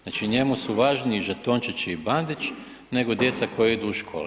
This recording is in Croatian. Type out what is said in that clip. Znači, njemu su važniji žetončići i Bandić nego djeca koja idu u škole.